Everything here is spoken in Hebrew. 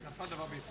נפל דבר בישראל.